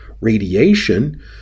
Radiation